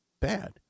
bad